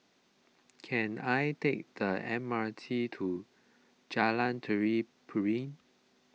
can I take the M R T to Jalan Tari Piring